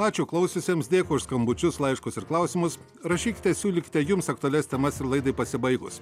ačiū klausiusiems dėkui už skambučius laiškus ir klausimus rašykite siūlykite jums aktualias temas ir laidai pasibaigus